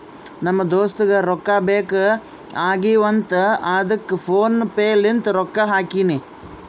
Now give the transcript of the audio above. ನಮ್ ದೋಸ್ತುಗ್ ರೊಕ್ಕಾ ಬೇಕ್ ಆಗೀವ್ ಅಂತ್ ಅದ್ದುಕ್ ಫೋನ್ ಪೇ ಲಿಂತ್ ರೊಕ್ಕಾ ಹಾಕಿನಿ